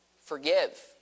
Forgive